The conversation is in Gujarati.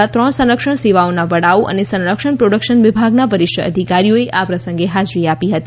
સદાનંદ ગૌડા ત્રણ સંરક્ષણ સેવાઓના વડાઓ અને સંરક્ષણ પ્રોડક્શન વિભાગના વરિષ્ઠ અધિકારીઓએ આ પ્રસંગે હાજરી આપી હતી